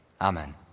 Amen